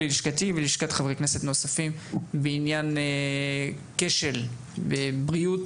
ללשכתי וללשכת חברי כנסת נוספים בעניין כשל בבריאות,